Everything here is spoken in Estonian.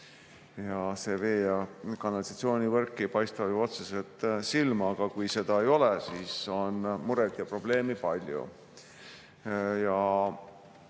sest vee- ja kanalisatsioonivõrk ei paista ju otseselt silma, aga kui seda ei ole, siis on muresid ja probleeme palju.